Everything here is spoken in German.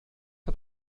hat